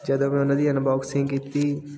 ਜਦੋਂ ਮੈਂ ਉਹਨਾਂ ਦੀ ਅਨਬਾਕਸਿੰਗ ਕੀਤੀ